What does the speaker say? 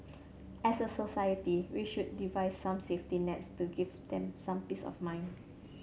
as a society we should devise some safety nets to give them some peace of mind